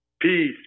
peace